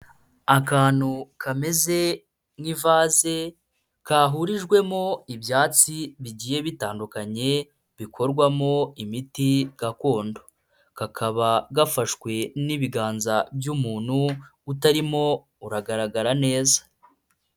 Akantu kameze nk'ivase kahurijwemo ibyatsi bigiye bitandukanye bikorwamo imiti gakondo, kakaba gafashwe n'ibiganza by'umuntu utarimo uragaragara neza.